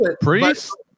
priest